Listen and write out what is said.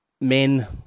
Men